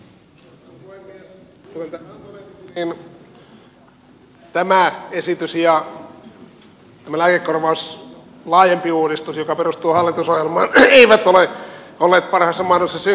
kuten on todettu tämä esitys ja tämä laajempi lääkekorvausuudistus joka perustuu hallitusohjelmaan eivät ole olleet parhaassa mahdollisessa synkronissa